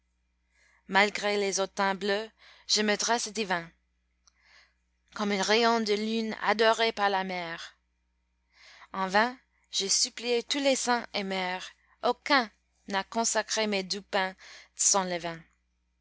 malgré les autans bleus je me dresse divin comme un rayon de lune adoré par la mer en vain j'ai supplié tous les saints aémères aucun n'a consacré mes doux pains